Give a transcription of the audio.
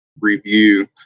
review